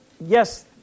yes